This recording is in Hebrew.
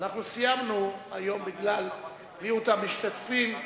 אנחנו סיימנו היום, בגלל מיעוט המשתתפים,